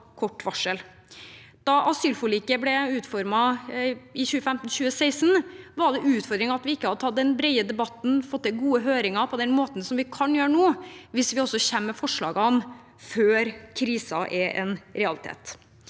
Da asylforliket ble utformet i 2015– 2016, var det en utfordring at vi ikke hadde tatt den brede debatten og fått til gode høringer på den måten vi kan gjøre nå, hvis vi kommer med forslagene før krisen er en realitet.